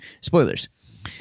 spoilers